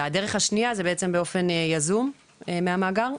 הדרך השנייה היא באופן יזום מהמאגר,